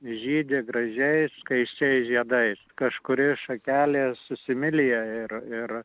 žydi gražiais skaisčiai žiedais kažkuri šakelė susimilija ir ir